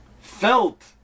felt